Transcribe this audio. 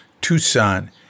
Tucson